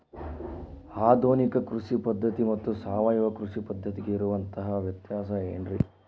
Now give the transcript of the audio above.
ಆಧುನಿಕ ಕೃಷಿ ಪದ್ಧತಿ ಮತ್ತು ಸಾವಯವ ಕೃಷಿ ಪದ್ಧತಿಗೆ ಇರುವಂತಂಹ ವ್ಯತ್ಯಾಸ ಏನ್ರಿ?